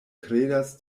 kredas